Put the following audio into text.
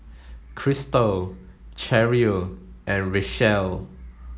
Kristal Cheryle and Richelle